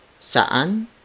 Saan